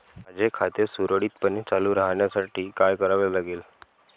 माझे खाते सुरळीतपणे चालू राहण्यासाठी काय करावे लागेल?